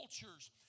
cultures